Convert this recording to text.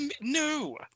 No